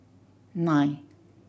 nine